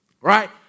Right